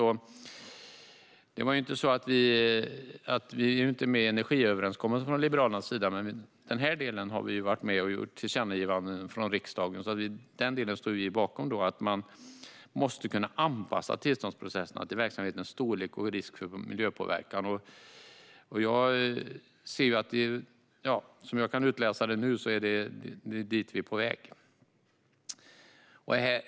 Liberalerna är inte med i energiöverenskommelsen, men i denna del har vi varit med och gjort tillkännagivanden från riksdagen. Vi står alltså bakom delen om att man måste kunna anpassa tillståndsprocesserna till verksamhetens storlek och risk för miljöpåverkan. Som jag kan utläsa det nu är det dit vi är på väg.